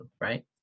right